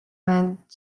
wed